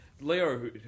Leo